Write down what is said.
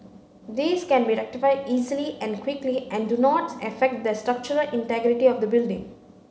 these can be rectified easily and quickly and do not affect the structural integrity of the building